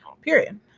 period